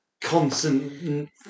constant